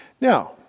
now